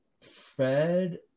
Fred